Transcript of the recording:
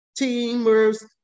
Teamers